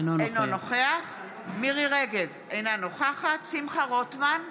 אינו נוכח מירי מרים רגב, אינה נוכחת שמחה רוטמן,